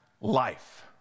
life